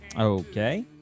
Okay